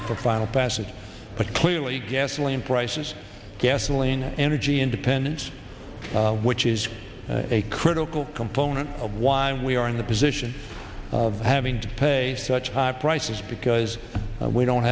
up for final passage but clearly gasoline prices gasoline energy independence which is a critical component of why we are in the position of having to pay such high prices because we don't